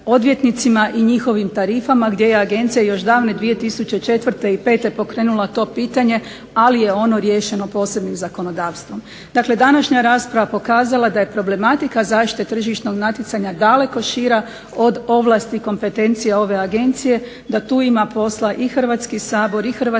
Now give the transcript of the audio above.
i njihovim tarifama gdje je agencija još davne 2004. i 2005. pokrenula to pitanje, ali je ono riješeno posebnim zakonodavstvom. Dakle današnja rasprava je pokazala da je problematika zaštite tržišnog natjecanja daleko šira od ovlasti i kompetencija ove agencije, da tu ima posla i Hrvatski sabor i Hrvatska